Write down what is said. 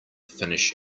finish